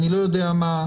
אני לא יודע מה.